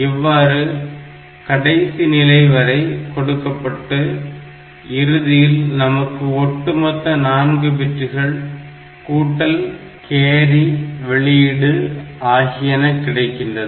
இவ்வாறு கடைசி நிலைவரை கொடுக்கப்பட்டு இறுதியில் நமக்கு ஒட்டுமொத்த 4 பிட்டுகளின் கூட்டல் கேரி வெளியீடு ஆகியன கிடைக்கின்றது